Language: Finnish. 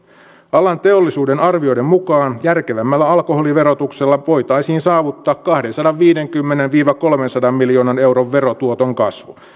alan teollisuuden arvioiden mukaan järkevämmällä alkoholiverotuksella voitaisiin saavuttaa kahdensadanviidenkymmenen viiva kolmensadan miljoonan euron verotuoton kasvu